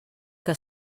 que